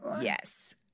Yes